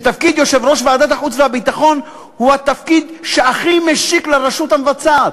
שתפקיד יושב-ראש ועדת החוץ והביטחון הוא התפקיד שהכי משיק לרשות המבצעת.